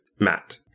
Matt